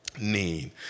need